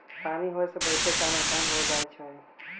पानी होय से बहुते काम असान हो जाई छई